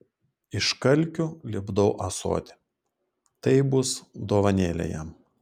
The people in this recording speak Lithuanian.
iš kalkių lipdau ąsotį tai bus dovanėlė jam